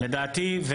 לדעתי,